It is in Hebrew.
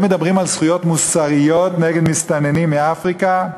הם מדברים על זכויות מוסריות נגד מסתננים מאפריקה?